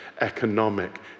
economic